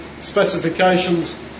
specifications